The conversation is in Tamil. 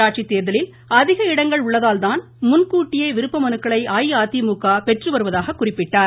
உள்ளாட்சி தேர்தலில் அதிக இடங்கள் உள்ளதால்தான் முன்கூட்டியே விருப்பமனுக்களை அஇஅதிமுக பெற்று வருவதாக குறிப்பிட்டார்